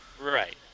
Right